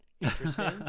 interesting